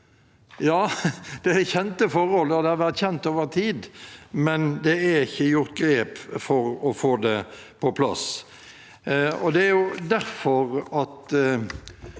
Ja, det er kjente forhold, og det har vært kjent over tid, men det er ikke gjort grep for å få det på plass. Det er derfor